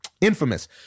Infamous